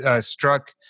struck